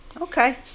Okay